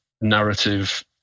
narrative